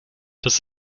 das